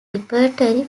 repertory